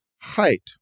Height